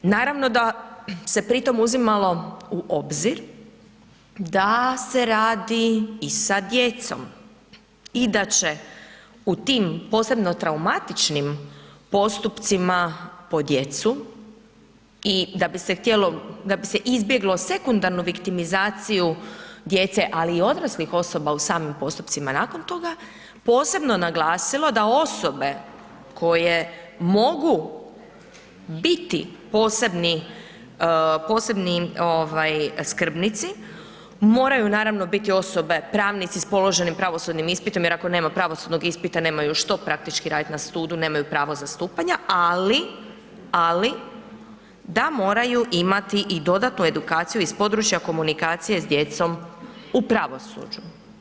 Naravno da se pri tom uzimalo u obzir da se radi i sa djecom i da će u tim posebnom traumatičnim postupcima po djecu i da bi se izbjeglo sekundarnu viktimizaciju djece ali i odraslih osoba u samim postupcima nakon toga, posebno naglasilo da osobe koje mogu biti posebni skrbnici moraju naravno biti osobe pravnici s položenim pravosudnim ispitom jer ako nema pravosudnog ispita nemaju što praktički raditi na sudu, nemaju pravo zastupanja, ali, ali da moraju imati i dodatnu edukaciju iz područja komunikacija s djecom u pravosuđu.